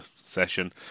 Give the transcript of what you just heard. session